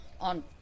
on